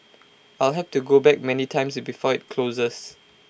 I'll have to go back many times before IT closes